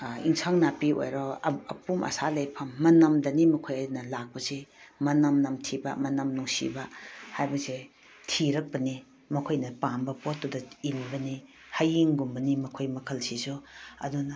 ꯏꯟꯁꯥꯡ ꯅꯥꯄꯤ ꯑꯣꯏꯔꯣ ꯑꯥꯄꯨꯝ ꯑꯁꯥ ꯂꯩꯐꯝ ꯃꯅꯝꯗꯅꯤ ꯃꯈꯣꯏꯅ ꯂꯥꯛꯄꯁꯦ ꯃꯅꯝ ꯅꯝꯊꯤꯕ ꯃꯅꯝ ꯅꯨꯡꯁꯤꯕ ꯍꯥꯏꯕꯁꯦ ꯊꯤꯔꯛꯄꯅꯤ ꯃꯈꯣꯏꯅ ꯄꯥꯝꯕ ꯄꯣꯠꯇꯨꯗ ꯏꯟꯕꯅꯤ ꯍꯌꯤꯡꯒꯨꯝꯕꯅꯤ ꯃꯈꯣꯏ ꯃꯈꯜꯁꯤꯁꯨ ꯑꯗꯨꯅ